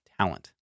talent